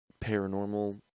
paranormal